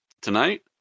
Tonight